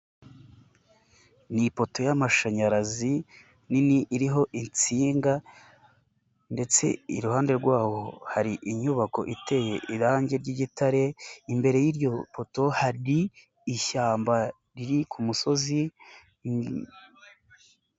Ni ipoto y'amashanyarazi, nini iriho insinga, ndetse iruhande rwaho hari inyubako iteye irangi ry'igitare, imbere yiryo poto hari, ishyamba riri ku kumusozi.